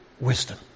wisdom